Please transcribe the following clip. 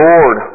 Lord